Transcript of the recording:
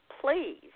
please